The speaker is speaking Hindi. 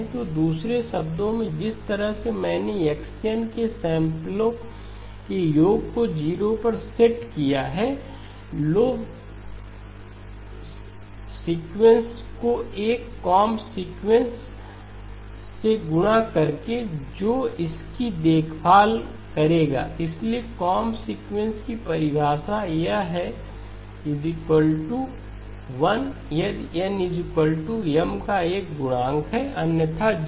तो दूसरे शब्दों में जिस तरह से मैंने x n के सैंपलो के योग को 0 पर सेट किया है ल सीक्वेंस को एक कोंब सीक्वेंसम से गुणा करके है जो इसकी देखभाल करेगा इसलिए कोंब सीक्वेंस की परिभाषा यह है 1 यदि n M का एक गुणक है अन्यथा 0